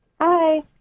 Hi